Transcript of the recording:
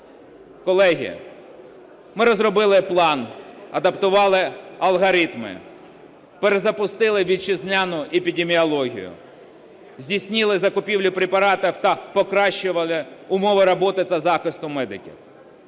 Колеги, ми розробили план, адаптували алгоритми, перезапустили вітчизняну епідеміологію, здійснили закупівлю препаратів та покращували умови роботи та захисту медиків.